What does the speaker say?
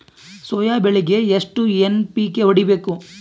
Soya ಬೆಳಿಗಿ ಎಷ್ಟು NPK ಹೊಡಿಬೇಕು?